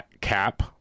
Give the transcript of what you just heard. cap